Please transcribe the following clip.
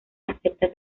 acepta